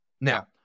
Now